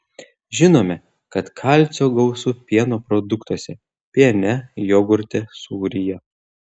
žinome kad kalcio gausu pieno produktuose piene jogurte sūryje